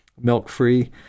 milk-free